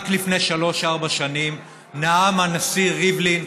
רק לפני שלוש-ארבע שנים נאם הנשיא ריבלין,